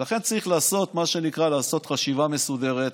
אז לכן צריך מה שנקרא לעשות חשיבה מסודרת,